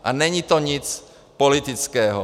A není to nic politického.